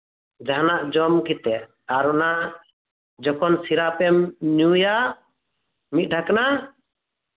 ᱡᱟᱦᱟᱸᱱᱟᱜ ᱡᱚᱢ ᱠᱟᱛᱮ ᱟᱨ ᱚᱱᱟ ᱡᱚᱠᱷᱚᱱ ᱥᱤᱨᱟᱯᱮᱢ ᱧᱩᱭᱟ ᱢᱤᱫ ᱰᱷᱟᱠᱱᱟ